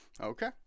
Okay